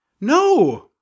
No